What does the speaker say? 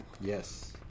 Yes